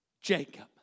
Jacob